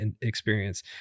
experience